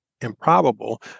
improbable